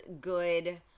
good